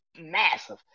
massive